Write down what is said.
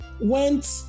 went